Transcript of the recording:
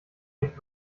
nicht